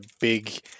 big